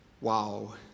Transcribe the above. wow